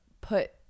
put